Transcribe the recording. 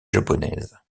japonaise